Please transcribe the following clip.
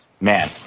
Man